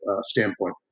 standpoint